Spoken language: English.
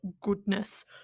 goodness